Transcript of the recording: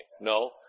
No